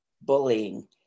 bullying